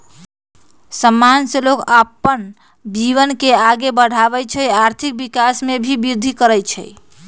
समान से लोग अप्पन जीवन के आगे बढ़वई छई आ आर्थिक विकास में भी विर्धि करई छई